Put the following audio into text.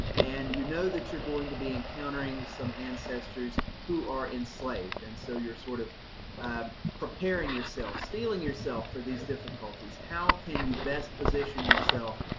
and you know that you're going to be encountering some ancestors who are enslaved and so you're sort of preparing yourself, steeling yourself for these difficulties. how can you best position yourself,